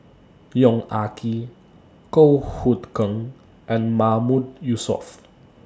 Yong Ah Kee Goh Hood Keng and Mahmood Yusof